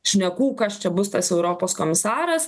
šnekų kas čia bus tas europos komisaras